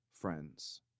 friends